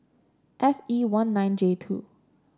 F E one nine J two